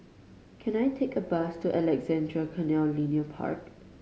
can I take a bus to Alexandra Canal Linear Park